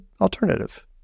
alternative